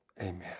amen